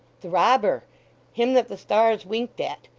the robber him that the stars winked at.